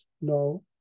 No